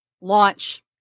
launch